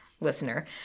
listener